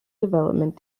development